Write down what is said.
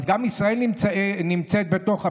אז גם ישראל נמצאת בתוך ה"בין-לאומי"